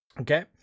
Okay